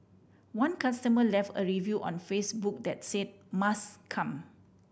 one customer left a review on Facebook that said must come